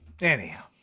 Anyhow